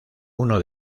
uno